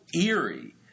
eerie